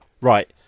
right